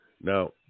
Now